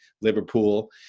Liverpool